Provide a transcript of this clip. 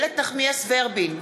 איילת נחמיאס ורבין,